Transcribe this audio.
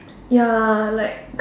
ya like